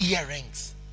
earrings